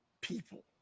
people